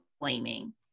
blaming